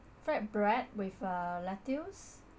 flatbread with uh lettuce